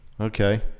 okay